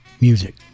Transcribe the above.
music